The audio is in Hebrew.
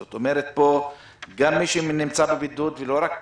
זאת אומרת, גם מי שנמצא בבידוד ולא רק